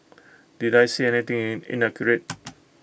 did I say anything in inaccurate